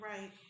right